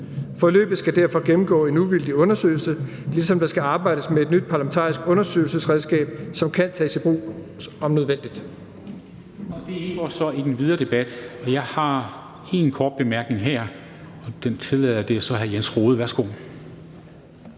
Forløbet skal derfor gennemgå en uvildig undersøgelse, ligesom der skal arbejdes med et nyt parlamentarisk undersøgelsesredskab, som kan tages i brug om nødvendigt.«